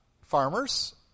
farmers